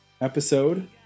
episode